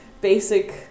basic